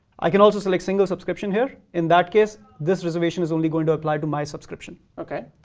i can also select single subscription here. in that case, this reservation is only going to apply to my subscription. okay.